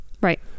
Right